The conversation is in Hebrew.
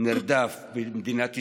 נרדף במדינת ישראל,